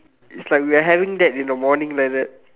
it's like we are having that in the morning like that